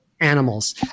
animals